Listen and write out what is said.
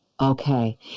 Okay